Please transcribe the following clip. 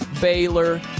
Baylor